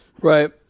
Right